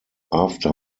after